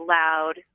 loud